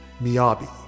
Miyabi